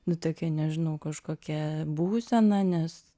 nu tokia nežinau kažkokia būsena nes